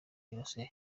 yose